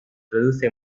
produce